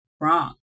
wrong